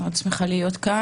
אני מאוד שמחה להיות כאן.